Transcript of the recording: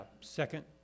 second